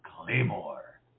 Claymore